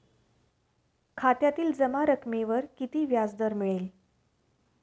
खात्यातील जमा रकमेवर किती व्याजदर मिळेल?